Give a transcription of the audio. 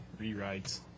rewrites